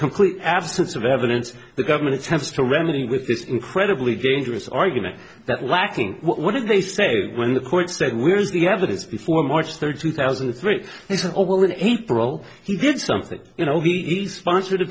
complete absence of evidence the government attempts to remedy with this incredibly dangerous argument that lacking what did they say when the court said where's the evidence before march third two thousand and three over in april he did something you know he's sponsored a